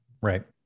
right